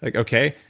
like okay,